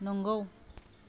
नंगौ